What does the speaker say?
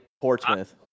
Portsmouth